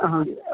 ਹਾਂਜੀ